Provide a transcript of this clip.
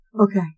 Okay